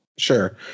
Sure